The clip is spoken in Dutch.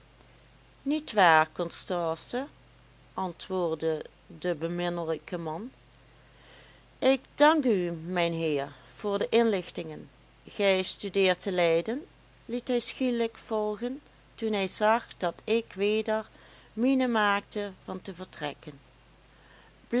niet waar constance antwoordde de beminnelijke man ik dank u mijnheer voor de inlichtingen gij studeert te leiden liet hij schielijk volgen toen hij zag dat ik weder mine maakte van te vertrekken